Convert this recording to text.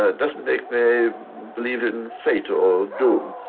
ah doesn't make me believe in fate or doom.